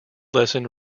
lesson